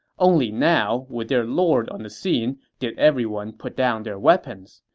only now, with their lord on the scene, did everyone put down their weapons.